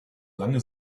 lange